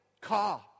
car